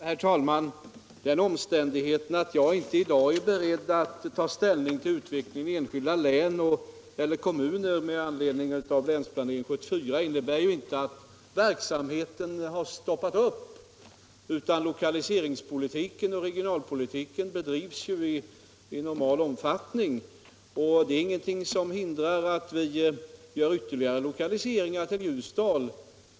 Herr talman! Den omständigheten att jag med anledning av Länsprogram 74 inte i dag är beredd att ta ställning till utvecklingen i enskilda län eller kommuner innebär ju inte att verksamheten har stoppat upp. Lokaliseringsoch regionalpolitiken bedrivs i normal omfattning. Det är ingenting som hindrar att vi lokaliserar fler företag till Ljusdal.